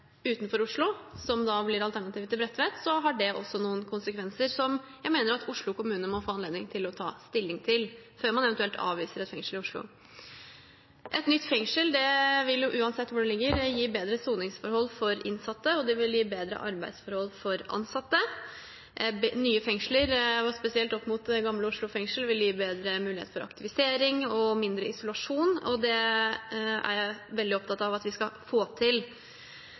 utenfor Oslo, som da blir alternativet til Bredtvet, har det også noen konsekvenser som jeg mener at Oslo kommune må få anledning til å ta stilling til før man eventuelt avviser et fengsel i Oslo. Et nytt fengsel vil, uansett hvor det ligger, gi bedre soningsforhold for innsatte, og det vil gi bedre arbeidsforhold for ansatte. Nye fengsler – og spesielt sett opp mot Gamle Oslo fengsel – vil gi bedre mulighet for aktivisering og mindre isolasjon, og det er jeg veldig opptatt av at vi skal få til.